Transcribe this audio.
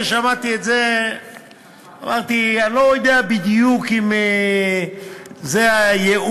כששמעתי את זה אמרתי: אני לא יודע בדיוק אם זה הייעוד,